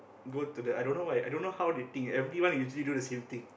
go to the I don't know why I don't know how they think everyone usually do the same thing